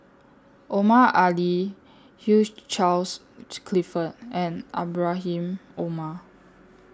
Omar Ali Hugh Charles Clifford and Ibrahim Omar